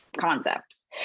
concepts